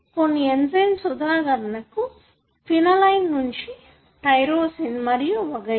కొన్ని ఎంజయ్మ్స్ ఉదాహరణకు ఫినైనలయిన్ నుండి టైరోసిన్ మరియు వగైరా